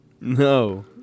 No